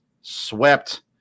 swept